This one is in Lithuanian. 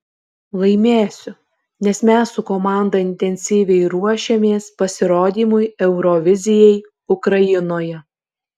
laimėsiu nes mes su komanda intensyviai ruošiamės pasirodymui eurovizijai ukrainoje